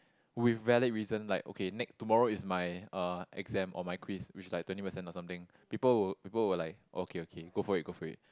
with valid reason like okay Nick tomorrow is my uh exam or my quiz which is like twenty percent or something people will people will like okay okay go for it go for it